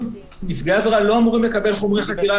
נפגעי עבירה לא אמורים לקבל חומרי חקירה.